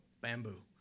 Bamboo